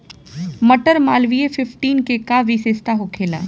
मटर मालवीय फिफ्टीन के का विशेषता होखेला?